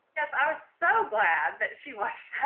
yes. i was so glad that she watched